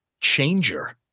Changer